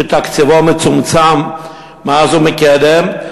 שתקציבו מצומצם מאז ומקדם,